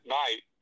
night